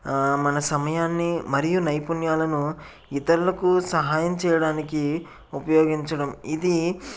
మన సమయాన్ని మరియు నైపుణ్యాలను ఇతరులకు సహాయం చేయడానికి ఉపయోగించడం ఇది